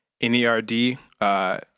NERD